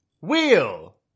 Wheel